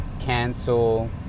cancel